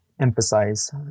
emphasize